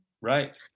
right